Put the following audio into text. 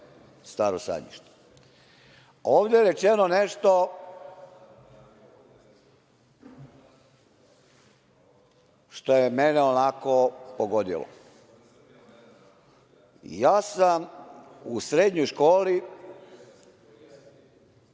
Staro sajmište. Ovde je rečeno nešto što je mene pogodilo. Ja sam u srednjoj školi